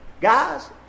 Guys